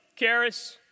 Karis